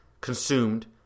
consumed